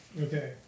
Okay